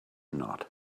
not